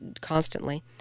constantly